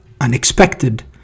unexpected